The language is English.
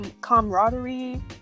camaraderie